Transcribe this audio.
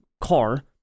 car